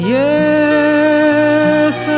yes